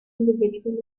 individually